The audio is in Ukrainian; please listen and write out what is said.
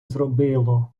зробило